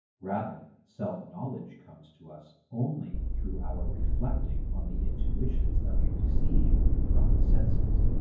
rather, self-knowledge comes to us only through our reflecting on the intuitions that we receive from the senses.